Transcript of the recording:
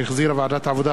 שהחזירה ועדת העבודה,